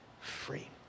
free